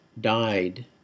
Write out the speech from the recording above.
died